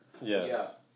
Yes